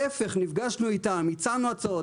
להיפך, נפגשנו איתם, הצענו הצעות.